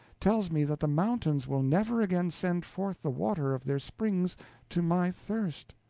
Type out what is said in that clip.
tells me that the mountains will never again send forth the water of their springs to my thirst.